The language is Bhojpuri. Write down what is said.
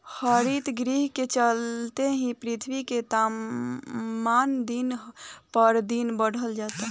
हरितगृह के चलते ही पृथ्वी के तापमान दिन पर दिन बढ़ल जाता